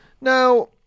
Now